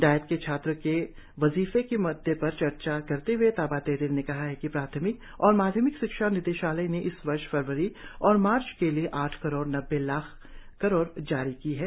diet के छात्रों के वजीफे के मुद्दे पर श्री तेदिर ने कहा है कि प्राथमिक और माध्यमि शिक्षा निदेशायल ने इस वर्ष फरवरी और मार्च के लिए आठ करोड़ नब्बे लाख करोड़ जारी की है